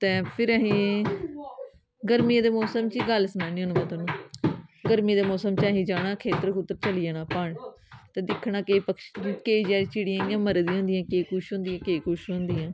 ते फिर असीं गर्मियें दे मोसम च गल्ल सनानी आं में तोहानू गर्मियें दे मोसम च असें जाना खेत्तर खूत्तर चली जाना ते दिक्खना केईं पक्षी केईं चिड़ियां इ'यां मरी दियां होंदियं केईं कुछ होंदियां केईं कुछ होंदियां